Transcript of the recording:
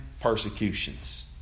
persecutions